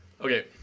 okay